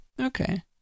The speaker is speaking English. Okay